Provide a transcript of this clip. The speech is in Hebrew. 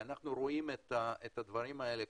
אנחנו רואים את הדברים האלה,